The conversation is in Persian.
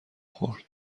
خورد